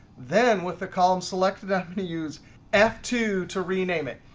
then with the column selected, i'm going to use f two to rename it.